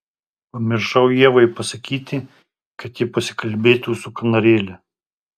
pamiršau ievai pasakyti kad ji pasikalbėtų su kanarėle